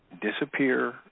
disappear